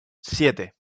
siete